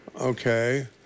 Okay